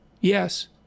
Yes